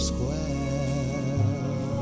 Square